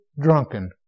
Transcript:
drunken